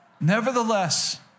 Nevertheless